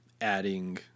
adding